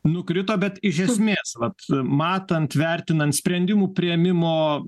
nukrito bet iš esmė vat matant vertinant sprendimų priėmimo